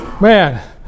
man